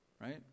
right